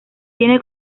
tiene